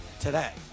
today